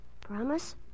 Promise